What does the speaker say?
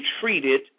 treated